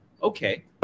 Okay